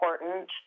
important